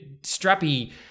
strappy